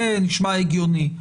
זה נשמע הגיוני.